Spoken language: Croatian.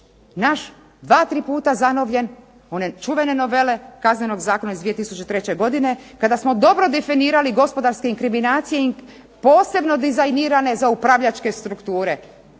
naš dva, tri puta zanovljen, one čuvene novele Kaznenog zakona iz 2003. godine kada smo dobro definirali gospodarske inkriminacije posebno dizajnirane za upravljačke strukture,